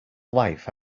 life